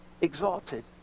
exalted